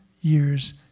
years